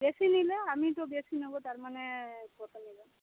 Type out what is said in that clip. বেশি নিলে আমি তো বেশি নেব তার মানে কত নেবেন